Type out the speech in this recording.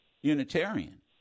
Unitarian